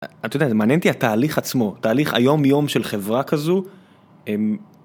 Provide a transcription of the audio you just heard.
אתה יודע, זה מעניין אותי התהליך עצמו . התהליך היום יום של חברה כזו.